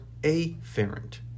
afferent